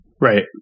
Right